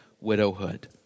widowhood